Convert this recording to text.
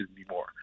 anymore